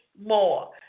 more